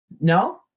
no